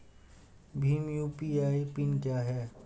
Bhim UPI PIN क्या है?